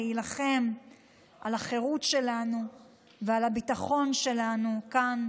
להילחם על החירות שלנו ועל הביטחון שלנו כאן